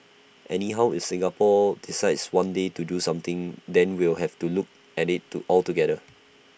anyhow if Singapore decides one day to do something then we'll have to look at IT to altogether